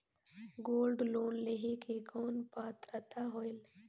Gold loan लेहे के कौन पात्रता होएल?